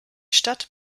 stadt